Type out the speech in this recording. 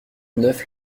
neuf